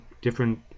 different